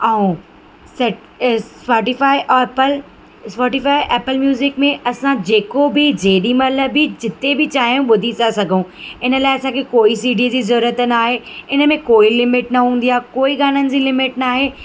ऐं set Spotify Apple Spotify Apple music में असां जेको बि जेॾीमहिल बि जिते बि चाहियूं ॿुधी था सघऊं इन लाइ असांखे कोई सी डी जी ज़रूरत न आहे इन में कोई लिमेट न हूंदी आहे कोई गाननि जी लिमेट न आहे